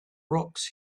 rocks